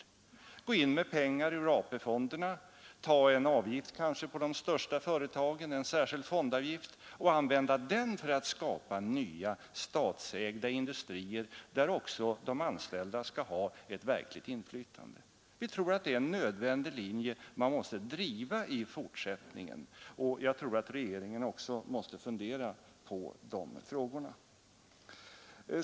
Staten måste gå in med pengar ur AP-fonderna och kanske ta ut en särskild fondavgift från de största företagen och använda den för att skapa nya statsägda industrier, där också de anställda skall ha ett verkligt inflytande. Det är en linje som det är nödvändigt att driva i fortsättningen, och jag tror att regeringen också måste fundera på de frågorna.